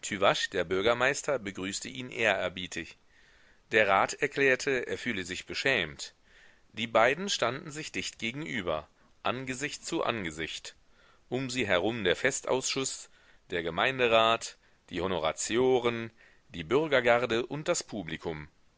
der bürgermeister begrüßte ihn ehrerbietig der rat erklärte er fühle sich beschämt die beiden standen sich dicht gegenüber angesicht zu angesicht um sie herum der festausschuß der gemeinderat die honoratioren die bürgergarde und das publikum